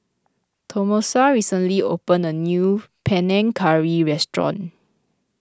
Tomasa recently opened a new Panang Curry restaurant